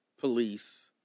police